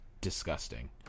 disgusting